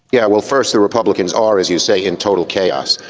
yeah well first the republicans are as you say in total chaos.